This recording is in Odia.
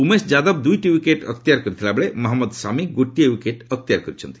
ଉମେଶ୍ ଯାଦବ ଦୁଇଟି ୱିକେଟ୍ ଅକ୍ତିଆର କରିଥିବା ବେଳେ ମହମ୍ମଦ ଶାମି ଗୋଟିଏ ୱିକେଟ୍ ଅକ୍ତିଆର କରିଛନ୍ତି